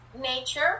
nature